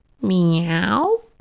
Meow